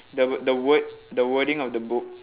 the wor~ the word the wording of the book